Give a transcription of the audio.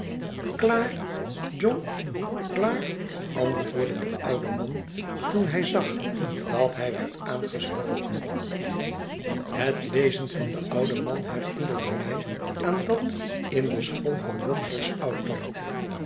klaar john klaar i antwoordde de oude man toen hij zag dat hij werd aangesproken het lezen van den ouden man herinnerde mij aan dat in de school van